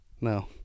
no